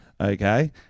Okay